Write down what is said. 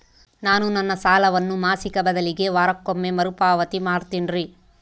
ನಾನು ನನ್ನ ಸಾಲವನ್ನು ಮಾಸಿಕ ಬದಲಿಗೆ ವಾರಕ್ಕೊಮ್ಮೆ ಮರುಪಾವತಿ ಮಾಡ್ತಿನ್ರಿ